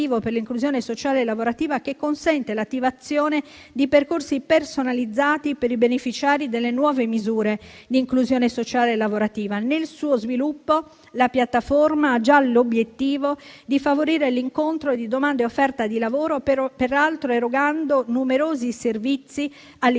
per l'inclusione sociale e lavorativa, che consente l'attivazione di percorsi personalizzati per i beneficiari delle nuove misure di inclusione sociale e lavorativa. Nel suo sviluppo, la piattaforma ha già l'obiettivo di favorire l'incontro di domanda e offerta di lavoro, peraltro erogando numerosi servizi a livello